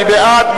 מי בעד?